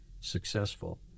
successful